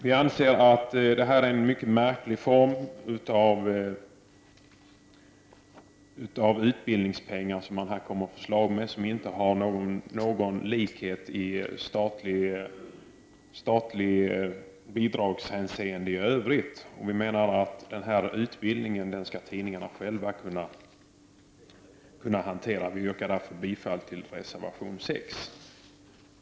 Vi anser att det är en mycket märklig form av stöd till utbildning som man här föreslår, och det har ingen likhet med statliga bidrag i övrigt. Vi menar att tidningarna själva skall kunna hantera denna utbildning. Jag yrkar därför bifall till reservation 6.